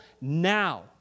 now